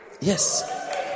Yes